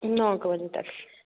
ਨੌ ਕੁ ਵਜੇ ਤੱਕ